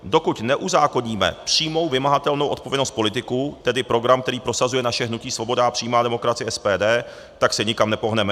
Dokud neuzákoníme přímou vymahatelnou odpovědnost politiků, tedy program, který prosazuje naše hnutí Svoboda a přímá demokracie, SPD, tak se nikam nepohneme.